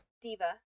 Diva